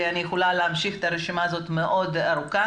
ואני יכולה להמשיך את הרשימה שהיא מאוד ארוכה